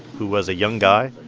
who was a young guy